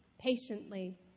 patiently